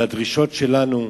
לדרישות שלנו.